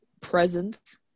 presence